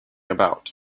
about